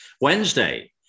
Wednesday